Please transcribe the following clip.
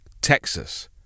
Texas